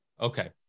Okay